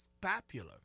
popular